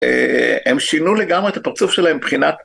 הם שינו לגמרי את הפרצוף שלהם מבחינת